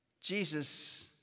Jesus